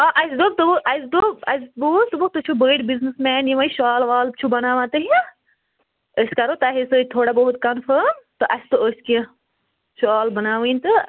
آ اَسہِ دوٚپ اَسہِ دوٚپ اَسہِ بوٗز دوٚپُکھ تُہۍ چھو بٔڑ بِزنِس مین یِمَے شال وال چھُ بَناوان تُہۍ أسۍ کَرو تۄہے سۭتۍ تھوڑا بہت کَنفٲرٕم تہٕ اَسہِ تہ أسۍ کیٚنٛہہ شال بَناوٕنۍ تہٕ